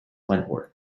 wentworth